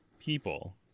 people